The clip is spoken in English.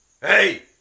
Hey